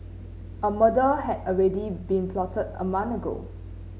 a murder had already been plotted a month ago